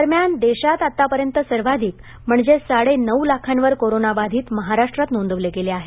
दरम्यान देशात आता पर्यंत सर्वाधिक म्हणजे साडे नऊ लाखांवर कोरोना बाधित महाराष्ट्रात नोंदवले गेले आहेत